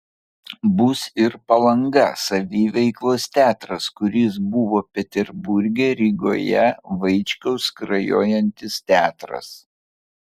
bus ir palanga saviveiklos teatras kuris buvo peterburge rygoje vaičkaus skrajojantis teatras